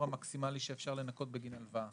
המקסימלי שאפשר לנכות בגין הלוואה,